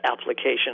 application